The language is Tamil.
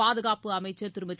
பாதுகாப்பு அமைச்சர் திருமதி